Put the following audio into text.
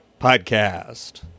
Podcast